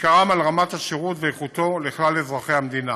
ובעיקרם על רמת השירות ואיכותו לכלל אזרחי המדינה.